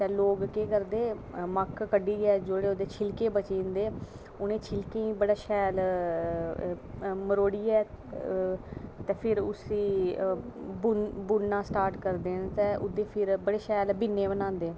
ते लोग केह् करदे जेल्लै मक्क कड्ढियै उंदे छिलकै ई बड़ा शैल मरोड़ियै ते फिर उसी बुनना स्टार्ट करदे न ते फिर ओह्दे बड़े शैल बिन्ने बनांदे